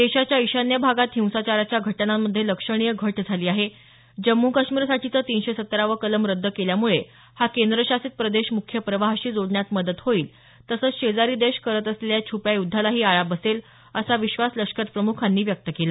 देशाच्या ईशान्य भागात हिंसाचाराच्या घटनांमधे लक्षणीय घट झाली आहे जम्म् कश्मीरसाठीचं तीनशे सत्तरावं कलम रद्द केल्यामुळे हा केंद्रशासित प्रदेश मुख्य प्रवाहाशी जोडण्यात मदत होईल तसंच शेजारी देश करत असलेल्या छुप्या युद्धालाही आळा बसेल असा विश्वास लष्कर प्रमुखांनी व्यक्त केला